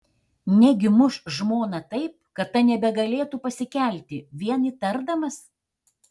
negi muš žmoną taip kad ta nebegalėtų pasikelti vien įtardamas